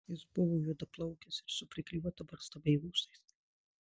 jis buvo juodaplaukis ir su priklijuota barzda bei ūsais